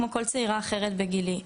כמו כל צעירה אחרת בגילי.